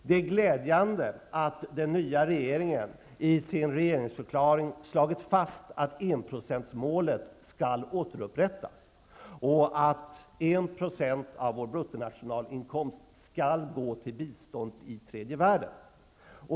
Det är glädjande att den nya regeringen i sin regeringsförklaring slagit fast att enprocentsmålet skall återupprättas, och att en procent av vår bruttonationalinkomst skall gå till bistånd i tredje världen.